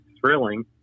thrilling